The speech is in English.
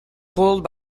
followed